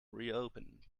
reopen